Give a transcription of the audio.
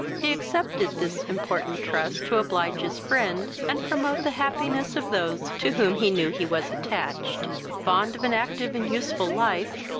he accepted this important trust to oblige his friend, and promote the happiness of those to whom he knew he was attached fond of an active and useful life,